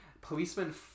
policemen